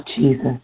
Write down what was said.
Jesus